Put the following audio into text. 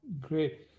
Great